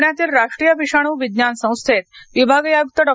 प्ण्यातील राष्ट्रीय विषाणू विज्ञान संस्थेत विभागीय आयुक्त डॉ